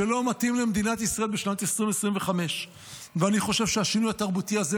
שלא מתאים למדינת ישראל בשנת 2025. אני חושב שהשינוי התרבותי הזה,